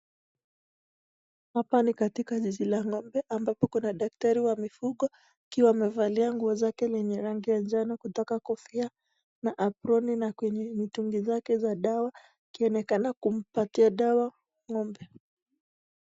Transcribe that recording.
Hapa ni katika zizi la ng'ombe ambapo kuna daktari wa mifugo akiwa amevalia nguo zake lenye rangi ya njano kutoka kofia na aproni na kwenye mitungi zake za dawa. Akionekana kumpatia dawa ng'ombe.